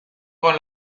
con